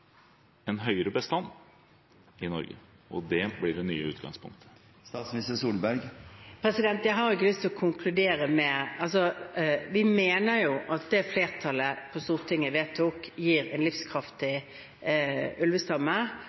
en høyere bestand i Norge. Det blir det nye utgangspunktet. Vi mener at det som flertallet på Stortinget vedtok, gir en livskraftig ulvestamme